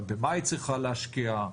אבל במה היא צריכה להשקיע?